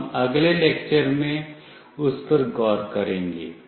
हम अगले लेक्चर में उस पर गौर करेंगे